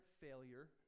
failure